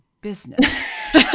business